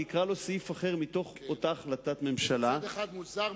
מצד אחד מוזר,